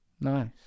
Nice